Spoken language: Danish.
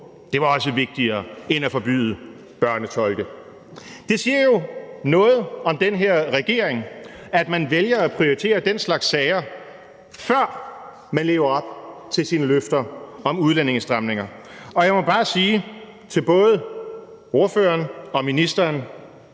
det var også vigtigere end at forbyde børnetolke. Det siger jo noget om den her regering, at man vælger at prioritere den slags sager, før man lever op til sine løfter om udlændingestramninger. Og jeg må bare sige til både ordføreren og ministeren: